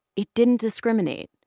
it didn't discriminate,